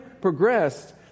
progressed